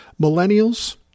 Millennials